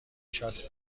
شات